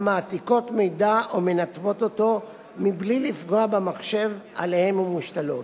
המעתיקות מידע או מנתבות אותו בלי לפגוע במחשב שבו הן מושתלות.